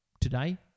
today